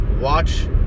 watch